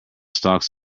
stalk